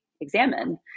examine